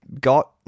got